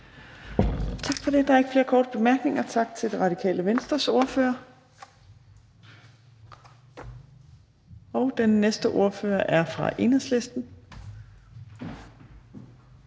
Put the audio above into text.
Tak for det. Der er ikke flere korte bemærkninger. Tak til Det Radikale Venstres ordfører. Den næste ordfører er fra Enhedslisten.